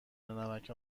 نمک